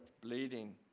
bleeding